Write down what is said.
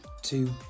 two